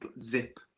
zip